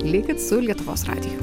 likit su lietuvos radiju